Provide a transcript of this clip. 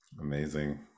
Amazing